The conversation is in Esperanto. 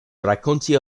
rakonti